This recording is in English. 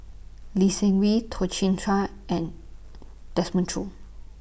Lee Seng Wee Toh Chin Chye and Desmond Choo